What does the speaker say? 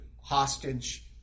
hostage